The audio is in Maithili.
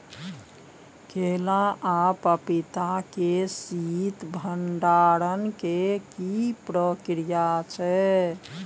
केला आ पपीता के शीत भंडारण के की प्रक्रिया छै?